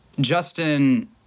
Justin